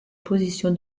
position